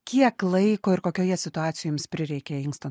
kiek laiko ir kokioje situacijoje jums prireikė inksto